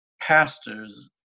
pastors